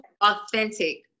authentic